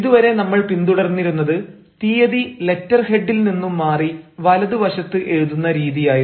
ഇതുവരെ നമ്മൾ പിന്തുടർന്നിരുന്നത് തീയതി ലെറ്റർ ഹെഡിൽ നിന്നും മാറി വലതു വശത്ത് എഴുതുന്ന രീതിയായിരുന്നു